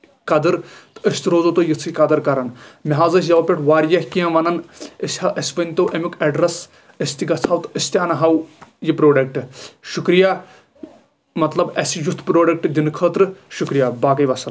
قدٕد تہٕ أسۍ تہِ روزو تۄہہِ یِژھٕے قدٕر کران مےٚ حظ ٲسۍ یوٕ پٮ۪ٹھ واریاہ کیٚنٛہہ وَنان أسۍ أسۍ ؤنتو اَمیُک اٮ۪ڈرس أسۍ تہِ گژھہوتہٕ أسۍ تہِ اَنہو یہِ پروڈکٹ شُکرِیا مطلب اَسہِ یُتھ پروڈکٹ دِنہٕ خٲطرٕ شُکرِیا باقٕے وَسلام